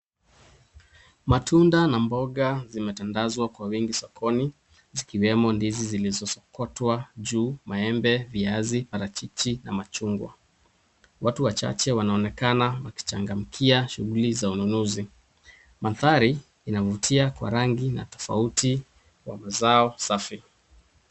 Matunda na mboga zimetandazwa kwa wingi sokoni, zikiwemo ndizi zilizosokotwa juu, maembe, viazi, parachichi na machungwa. Watu wachache wanaonekana wakichangamkia shughuli za ununuzi. Mandhari inavutia kwa rangi na tofauti wa mazao safi.